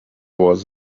was